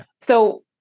So-